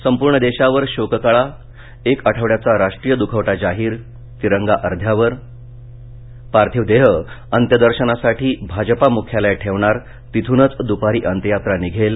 संपूर्ण देशावर शोककळा एक आठवड्याचा राष्ट्रीय दुखवटा जाहीर तिरंगा अध्यावर पार्थिव देह अंत्यदर्शनासाठी भाजपा मुख्यालयात ठेवणार तिथूनच दूपारी अंत्ययात्रा निघेल